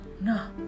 no